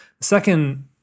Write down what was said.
second